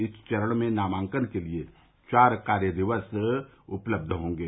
इस चरण में नामांकन के लिए चार कार्य दिवस उपलब्ध रहेंगे